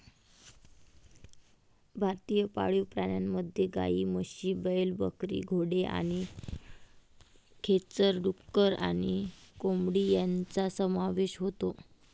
भारतीय पाळीव प्राण्यांमध्ये गायी, म्हशी, बैल, बकरी, घोडे आणि खेचर, डुक्कर आणि कोंबडी यांचा समावेश होतो